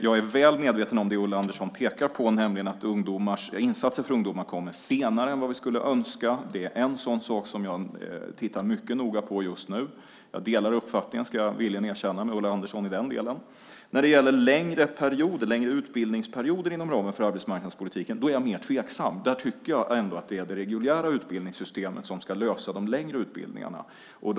Jag är väl medveten om det som Ulla Andersson pekar på, nämligen att insatser för ungdomar kommer senare än vad vi skulle önska. Det är en sådan sak som jag tittar mycket noga på just nu. Jag ska villigt erkänna att jag delar uppfattning med Ulla Andersson i den delen. När det gäller längre utbildningsperioder inom ramen för arbetsmarknadspolitiken är jag mer tveksam. Där tycker jag att det är det reguljära utbildningssystemet som ska lösa det hela när det gäller de längre utbildningarna.